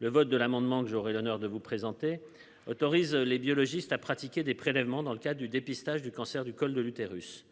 Le vote de l'amendement que j'aurai l'honneur de vous présenter autorise les biologistes a pratiqué des prélèvements dans le cas du dépistage du cancer du col de l'utérus.